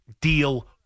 deal